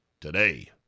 today